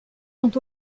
sont